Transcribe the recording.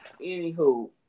anywho